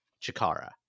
Chikara